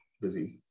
busy